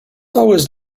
always